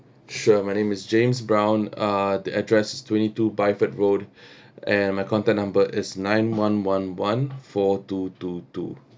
sure my name is james brown uh the address is twenty two bideford road and my contact number is nine one one one four two two two